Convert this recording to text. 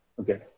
Okay